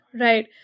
Right